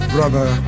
Brother